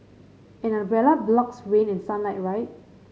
an umbrella blocks rain and sunlight right